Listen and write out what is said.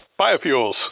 biofuels